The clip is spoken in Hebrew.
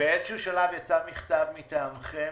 באיזשהו שלב יצא מכתב מטעמכם